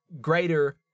greater